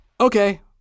okay